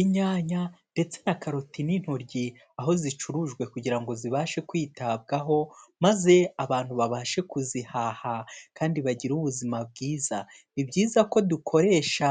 Inyanya ndetse na karoti n'intoryi aho zicurujwe kugira ngo zibashe kwitabwaho maze abantu babashe kuzihaha kandi bagire ubuzima bwiza, ni byiza ko dukoresha